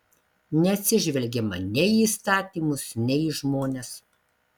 neatsižvelgiama nei į įstatymus nei į žmones